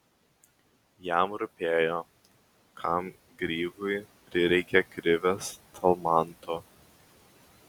jam rūpėjo kam grygui prireikė krivės talmanto